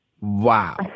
Wow